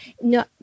no